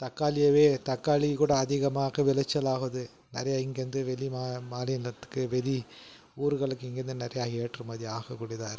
தக்காளியவே தக்காளிக்கூட அதிகமாக விளைச்சல் ஆகுது நிறையா இங்கேயிருந்து வெளி மா மாநிலத்துக்கு வெளி ஊருகளுக்கு இங்கேயிருந்து நிறையா ஏற்றுமதி ஆகக் கூடியதாக இருக்குது